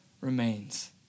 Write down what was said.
remains